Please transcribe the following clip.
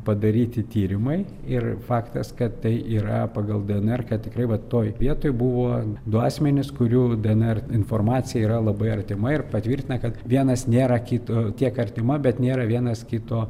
padaryti tyrimai ir faktas kad tai yra pagal dnr kad tikrai vat toj vietoj buvo du asmenys kurių dnr informacija yra labai artima ir patvirtina kad vienas nėra kito tiek artima bet nėra vienas kito